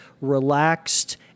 relaxed